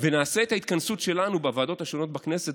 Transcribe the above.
ונעשה את ההתכנסות שלנו בוועדות השונות בכנסת